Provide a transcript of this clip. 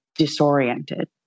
disoriented